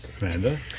Amanda